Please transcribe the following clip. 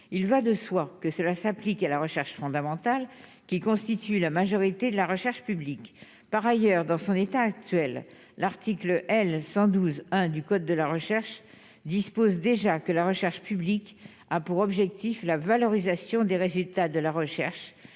il va de soi que cela s'applique à la recherche fondamentale qui constituent la majorité de la recherche publique, par ailleurs, dans son état actuel, l'article L 112 1 du code de la recherche dispose déjà que la recherche publique a pour objectif la valorisation des résultats de la recherche